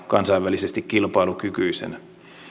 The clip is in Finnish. kansainvälisesti kilpailukykyisenä